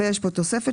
ויש פה תוספת.